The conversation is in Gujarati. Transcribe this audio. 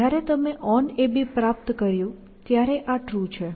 જ્યારે તમે onAB પ્રાપ્ત કર્યું ત્યારે આ ટ્રુ છે